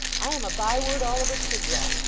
i am a bye-word all over chigwell,